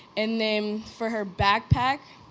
and then, for her backpack,